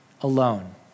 alone